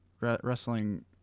Wrestling –